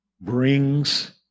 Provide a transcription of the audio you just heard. brings